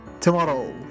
Tomorrow